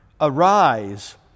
Arise